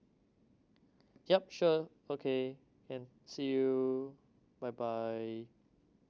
yup sure okay and see you bye bye